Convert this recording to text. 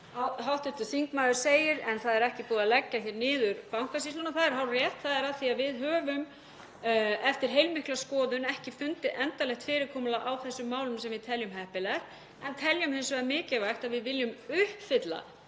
þetta til. Hv. þingmaður segir að það sé ekki búið að leggja niður Bankasýsluna. Það er hárrétt. Það er af því að við höfum eftir heilmikla skoðun ekki fundið endanlegt fyrirkomulag á þessum málum sem við teljum heppilegt, en teljum hins vegar mikilvægt að við viljum uppfylla